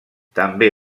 també